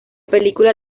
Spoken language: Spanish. película